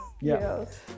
Yes